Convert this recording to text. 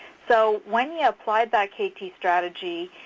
so when you apply that kt strategy,